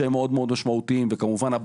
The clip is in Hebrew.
שגן הן מאוד מאוד משמעותיות וגם הבסיס,